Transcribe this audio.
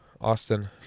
Austin